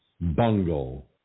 bungle